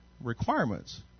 requirements